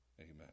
Amen